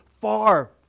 far